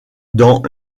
dans